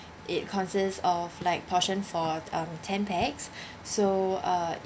it consists of like portion for um ten packs so uh